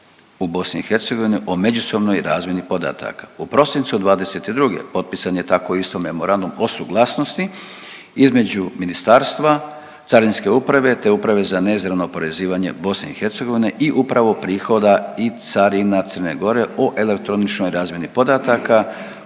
u BiH o međusobnoj razmjeni podataka. U prosincu '22. potpisan je tako isto memorandum o suglasnosti između ministarstva, Carinske uprave te Uprave za neizravno oporezivanje BiH i Upravu prihoda i carina Crne Gore o elektroničnoj razmjeni podataka